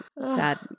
sad